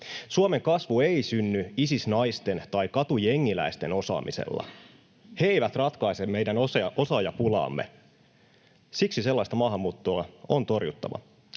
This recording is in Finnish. Suomen kasvu ei synny Isis-naisten tai katujengiläisten osaamisella. He eivät ratkaise meidän osaajapulaamme. Siksi sellaista maahanmuuttoa on torjuttava.